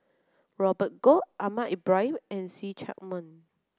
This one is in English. Robert Goh Ahmad Ibrahim and See Chak Mun